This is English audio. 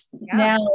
now